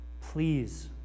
Please